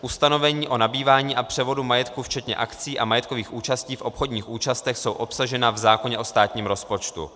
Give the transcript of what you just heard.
Ustanovení o nabývání a převodu majetku včetně akcií a majetkových účastí v obchodních účastech jsou obsažena v zákoně o státním rozpočtu.